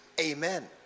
Amen